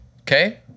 okay